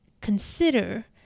consider